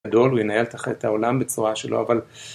גדול, והוא ינהל את העולם בצורה שלו, אבל...